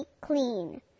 clean